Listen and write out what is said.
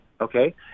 okay